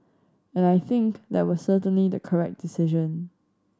and I think that was certainly the correct decision